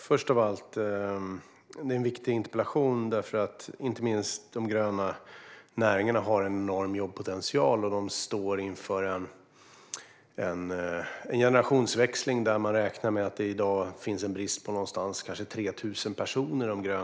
Fru talman! Detta är en viktig interpellation, inte minst för att de gröna näringarna har en enorm jobbpotential. De står inför en generationsväxling, där man i dag räknar med att det finns en brist på kanske 3 000 personer.